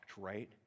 right